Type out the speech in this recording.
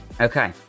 okay